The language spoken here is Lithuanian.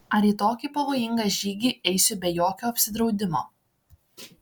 ar į tokį pavojingą žygį eisiu be jokio apsidraudimo